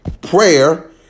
Prayer